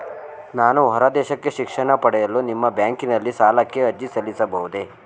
ನಾನು ಹೊರದೇಶಕ್ಕೆ ಶಿಕ್ಷಣ ಪಡೆಯಲು ನಿಮ್ಮ ಬ್ಯಾಂಕಿನಲ್ಲಿ ಸಾಲಕ್ಕೆ ಅರ್ಜಿ ಸಲ್ಲಿಸಬಹುದೇ?